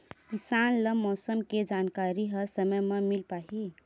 किसान ल मौसम के जानकारी ह समय म मिल पाही?